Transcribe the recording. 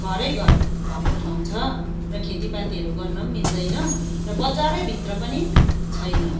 घरै घर भएको ठाउँ छ र खेती पातीहरू गर्न पनि मिल्दैन र बजारैभित्र पनि छैन